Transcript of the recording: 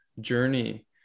journey